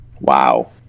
Wow